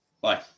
Bye